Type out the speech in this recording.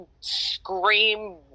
scream